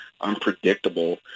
unpredictable